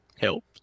help